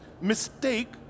mistake